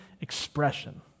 expression